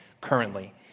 currently